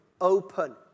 open